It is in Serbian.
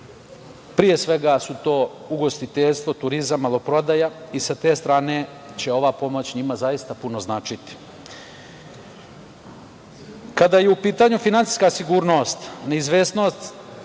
pre svega su to ugostiteljstvo, turizam, maloprodaja i sa te strane će ova pomoć njima zaista puno značiti. Kada je u pitanju finansijska sigurnost, neizvesnost